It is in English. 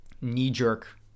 knee-jerk